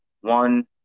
one